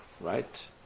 right